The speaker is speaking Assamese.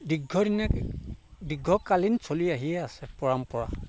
দীৰ্ঘদিনীয়া দীৰ্ঘকালীন চলি আহিয়ে আছে পৰম্পৰা